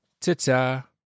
ta-ta